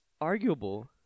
arguable